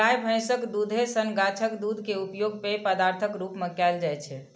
गाय, भैंसक दूधे सन गाछक दूध के उपयोग पेय पदार्थक रूप मे कैल जाइ छै